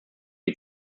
die